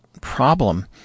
problem